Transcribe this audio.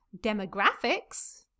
demographics